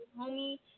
Homie